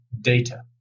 data